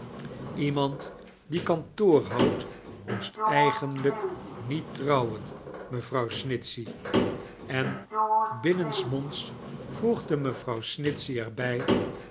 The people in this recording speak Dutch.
iemand die kantoor houdt moest eigenlijk niet trouwen mevrouw snitchey en bimneoisraonds voegde mevrouw snitchey er